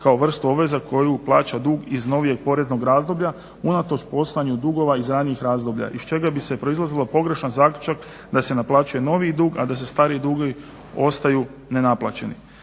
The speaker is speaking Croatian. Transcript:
kao vrstu obveza koju plaća dug iz novijeg poreznog razdoblja unatoč postojanju dugova iz ranijih razdoblja iz čega bi proizlazio pogrešan zaključak da se naplaćuje noviji dug, a da se stariji dugovi ostaju nenaplaćeni.